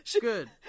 good